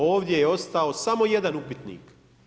Ovdje je ostao samo jedan upitnik.